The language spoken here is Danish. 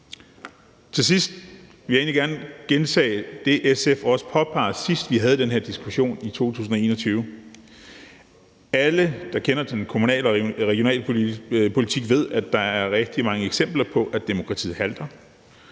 Så vil jeg egentlig gerne gentage det, SF også påpegede, sidst vi havde den her diskussion, i 2021, nemlig at alle, der kender til kommunalpolitik og regionalpolitik, ved, at der er rigtig mange eksempler på, at demokratiet halter